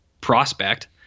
Prospect